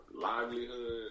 livelihood